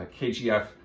KGF